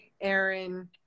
Aaron